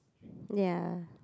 ya